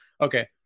Okay